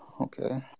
okay